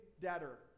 debtor